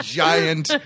giant